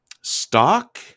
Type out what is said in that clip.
stock